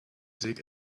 dig